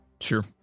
Sure